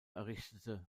errichtete